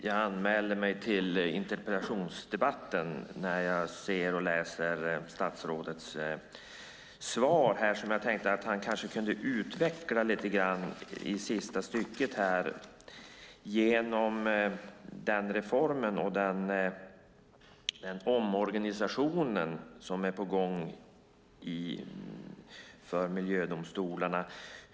Jag anmälde mig till interpellationsdebatten när jag såg och läste statsrådets svar, som jag tänkte att han kanske kunde utveckla lite grann vad gäller den reform och den omorganisation som är på gång för miljödomstolarna.